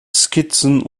skizzen